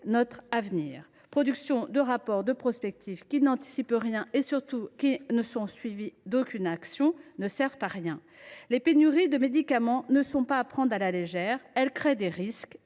notre avenir. La production de rapports de prospective dans lesquels rien n’est anticipé et qui, surtout, ne sont suivis d’aucune action ne sert à rien. Les pénuries de médicaments ne sont pas à prendre à la légère. Elles créent des risques